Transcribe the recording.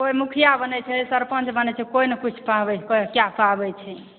केओ मुखिया बनै छै सरपंच बनै छै केओ ने किछु कए पाबै छै